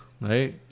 right